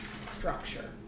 structure